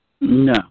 No